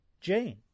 Jane